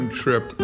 trip